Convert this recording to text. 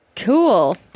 Cool